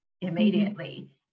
immediately